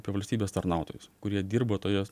apie valstybės tarnautojus kurie dirba toje